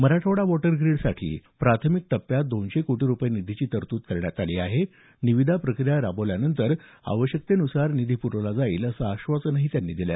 Marathwada water ग्रीडसाठी प्राथमिक टप्प्यात दोनशे कोटी रुपये निधीची तरतूद करण्यात आली आहे निविदा प्रक्रिया राबवल्यानंतर आवश्यकतेन्सार निधी प्रवला जाईल असं आश्वासन त्यांनी यावेळी दिलं